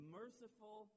merciful